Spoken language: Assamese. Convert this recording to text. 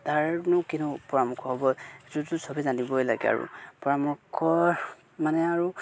তাৰনো কিনে পৰামৰ্শ হ'ব যোনটো চবেই জানিবই লাগে আৰু পৰামৰ্শ মানে আৰু